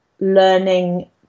learning